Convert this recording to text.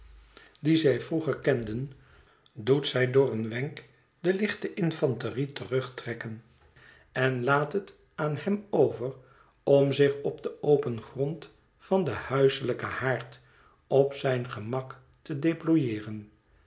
dien zij vroeger kenden doet zij door een wenk de lichte infanterie terugtrekken en laat het aan hem over om zich op den open grond van den huiselijken haard op zijn gemak te deployeeren